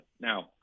Now